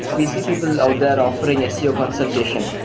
we see people out there offering seo consultation.